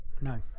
no